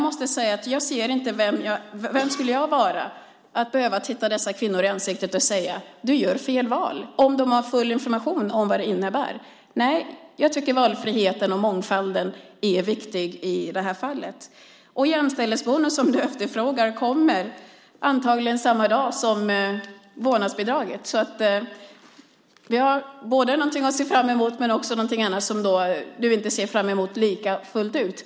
Vem är jag att se dessa kvinnor i ansiktet och säga att de gör fel val - om de har full information om vad det innebär. Jag tycker att valfriheten och mångfalden är viktig i det här fallet. Jämställdhetsbonusen som du efterfrågar kommer antagligen samma dag som vårdnadsbidraget. Det kan vi se fram emot även om du inte ser fram emot det andra lika mycket.